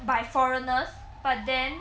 by foreigners but then